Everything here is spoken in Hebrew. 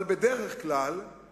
אבל בדרך כלל יש